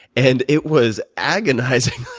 and it was agonizing.